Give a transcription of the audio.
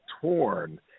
torn